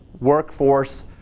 workforce